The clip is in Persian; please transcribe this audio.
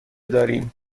داریم